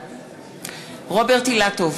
(קוראת בשמות חברי הכנסת) רוברט אילטוב,